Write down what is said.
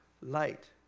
light